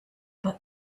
but